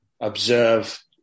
observe